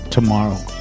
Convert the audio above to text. Tomorrow